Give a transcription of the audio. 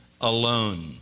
alone